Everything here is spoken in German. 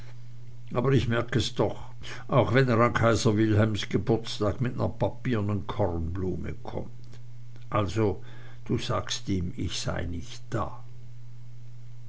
aber ich merk es doch auch wenn er an kaiser wilhelms geburtstag mit ner papiernen kornblume kommt also du sagst ihm ich sei nicht da